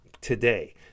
today